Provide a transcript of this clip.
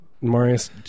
marius